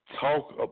talk